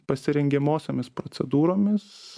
pasirengiamosiomis procedūromis